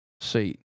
Seat